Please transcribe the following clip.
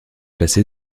placé